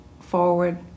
forward